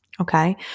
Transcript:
Okay